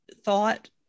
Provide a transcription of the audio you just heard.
thought